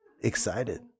excited